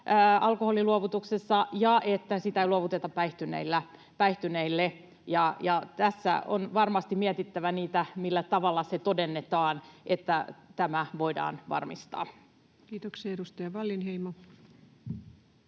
alkoholin luovutuksessa ja että sitä ei luovuteta päihtyneille. Tässä on varmasti mietittävä niitä keinoja, millä tavalla se todennetaan, että tämä voidaan varmistaa. [Speech 168] Speaker: